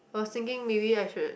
was thinking maybe I should